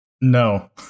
No